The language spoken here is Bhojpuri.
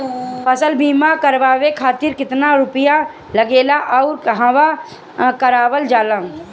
फसल बीमा करावे खातिर केतना रुपया लागेला अउर कहवा करावल जाला?